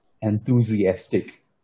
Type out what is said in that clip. enthusiastic